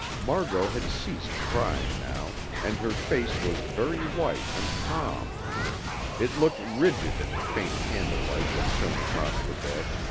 margot had ceased crying now, and her face was very white and calm it looked rigid in the faint candle-light that shone across the bed.